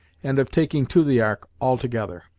and of taking to the ark, altogether.